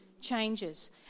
changes